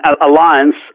alliance